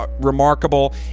remarkable